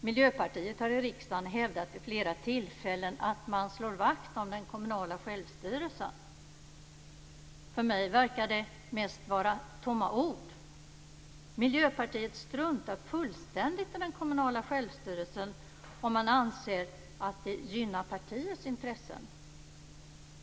Miljöpartiet har i riksdagen vid flera tillfällen hävdat att man slår vakt om den kommunala självstyrelsen. För mig verkar det mest vara tomma ord. Miljöpartiet struntar fullständigt i den kommunala självstyrelsen om man anser att det gynnar partiets intressen.